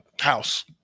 house